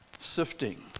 sifting